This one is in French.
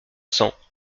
cents